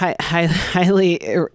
highly